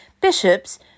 Bishops